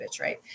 right